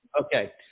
Okay